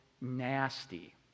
nasty